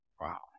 Wow